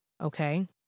okay